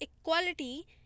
equality